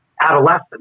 adolescent